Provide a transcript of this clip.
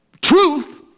truth